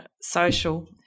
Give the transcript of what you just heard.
social